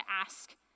ask